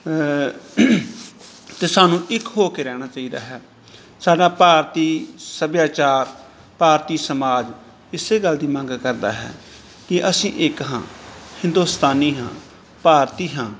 ਅਤੇ ਸਾਨੂੰ ਇੱਕ ਹੋ ਕੇ ਰਹਿਣਾ ਚਾਹੀਦਾ ਹੈ ਸਾਡਾ ਭਾਰਤੀ ਸੱਭਿਆਚਾਰ ਭਾਰਤੀ ਸਮਾਜ ਇਸ ਗੱਲ ਦੀ ਮੰਗ ਕਰਦਾ ਹੈ ਕਿ ਅਸੀਂ ਇੱਕ ਹਾਂ ਹਿੰਦੁਸਤਾਨੀ ਹਾਂ ਭਾਰਤੀ ਹਾਂ